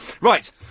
right